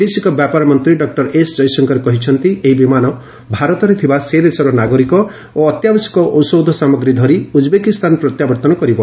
ବୈଦେଶିକ ବ୍ୟାପାର ମନ୍ତ୍ରୀ ଡକ୍ଟର ଏସ୍ ଜୟଶଙ୍କର କହିଛନ୍ତି ଏହି ବିମାନ ଭାରତରେ ଥିବା ସେ ଦେଶର ନାଗରିକ ଓ ଅତ୍ୟାବଶ୍ୟକ ଔଷଧ ସାମଗ୍ରୀ ଧରି ଉଜ୍ବେକିସ୍ତାନ ପ୍ରତ୍ୟାବର୍ତ୍ତନ କରିବ